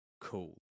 cool